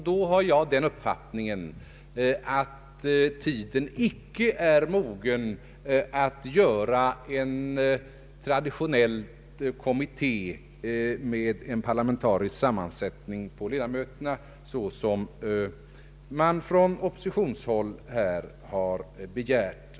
Då har jag den uppfattningen att tiden icke är mogen att tillsätta en traditionell kommitté med en parlamentarisk sammansättning av ledamöterna, som begärts från oppositionshåll.